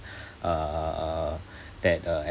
uh uh uh that uh